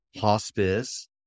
hospice